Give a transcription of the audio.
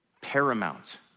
paramount